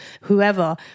whoever